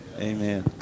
Amen